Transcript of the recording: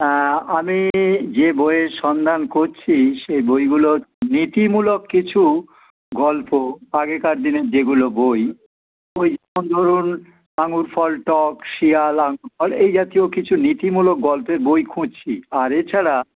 হ্যাঁ আমি যে বইের সন্ধান করছি সেই বইগুলো নীতিমূলক কিছু গল্প আগেকার দিনের যেগুলো বই ওই যেমন ধরুন আঙুর ফল টক শিয়াল আঙুর ফল এই জাতীয় কিছু নীতিমূলক গল্পের বই খুঁজছি আর এছাড়া